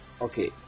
okay